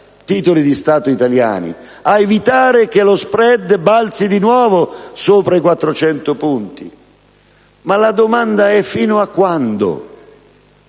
titoli di Stato italiani e ad evitare che lo *spread* balzi di nuovo sopra i 400 punti? Ma soprattutto, sino a quando